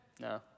No